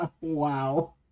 wow